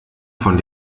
von